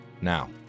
Now